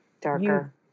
darker